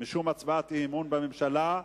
משום הצבעת אי-אמון בממשלה,